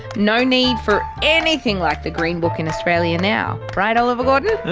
no need for anything like the green book in australia now, right oliver gordon?